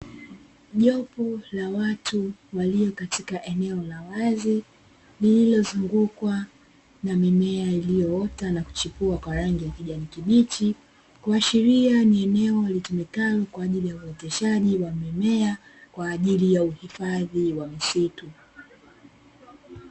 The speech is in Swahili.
Jopo la watu walio katika eneo la wazi lililozungukwa na mimea iliyoota na kuchipua kwa rangi ya kijani kibichi, kuashiria ni eneo litumikalo kwa ajili ya uoteshaji wa mimea, kwa ajili ya uhifadhi wa misitu.